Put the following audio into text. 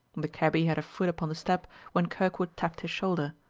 the cabby had a foot upon the step when kirkwood tapped his shoulder.